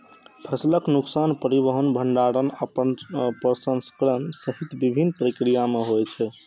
फसलक नुकसान परिवहन, भंंडारण आ प्रसंस्करण सहित विभिन्न प्रक्रिया मे होइ छै